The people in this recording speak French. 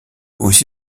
aussi